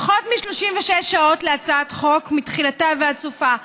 פחות מ-36 שעות להצעת חוק מתחילתה ועד סופה.